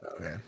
Okay